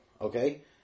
okay